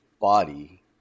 body